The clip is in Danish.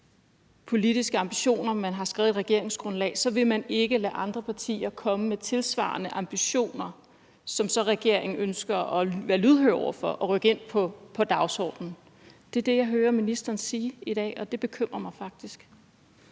politiske ambitioner, man har skrevet i et regeringsgrundlag, vil man ikke lade andre partier komme med tilsvarende ambitioner, som regeringen så ønsker at være lydhør over for og rykke ind på dagsordenen. Det er det, jeg hører ministeren sige i dag, og det bekymrer mig faktisk.